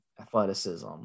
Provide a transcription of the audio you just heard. athleticism